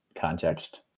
context